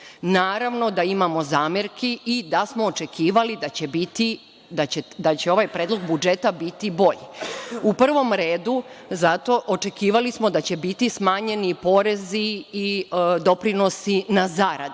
naravno da imamo zamerki i da smo očekivali da će ovaj Predlog budžeta biti bolji. U prvom redu očekivali smo da će biti smanjeni porezi i doprinosi na zarade.